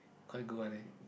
quite good one eh